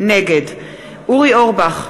נגד אורי אורבך,